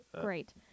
Great